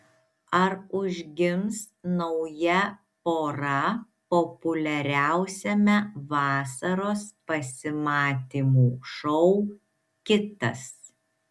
ar užgims nauja pora populiariausiame vasaros pasimatymų šou kitas